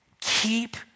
keep